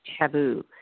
taboo